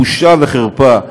בושה וחרפה.